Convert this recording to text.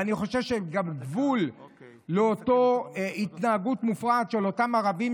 ואני חושב שיש גבול לאותה התנהגות מופרעת של אותם ערבים,